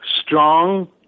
strong